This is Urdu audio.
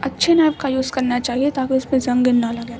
اچھے نائف کا یوز کرنا چاہیے تاکہ اس پہ زنگ نہ لگے